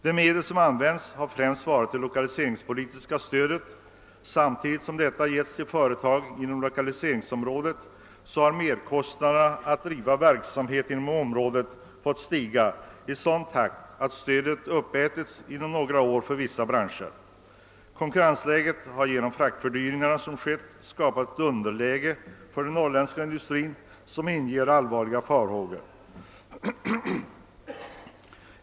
Det medel som används för att skapa sysselsättning har främst varit det 1okaliseringspolitiska stödet. Samtidigt som detta lämnats till företag inom lokaliseringsområdet har merkostnaderna för deras verksamhet inom området fått stiga i sådan takt, att stödet inom några få år ätits upp inom vissa branscher. Konkurrensläget har genom de fraktfördyringar som skett försämrats för den norrländska industrin på ett sätt som inger allvarliga farhågor.